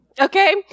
okay